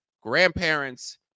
grandparents